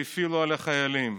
שהפעילו "על החיילים".